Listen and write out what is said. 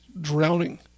drowning